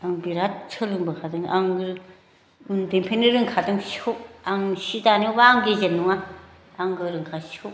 आं बिराद सोलोंबोखादों आं उन्दैनिफ्रायनो रोंखादों सिखौ आं सि दानायावबा आं गेजेन नङा आं गोरोंखा सिखौ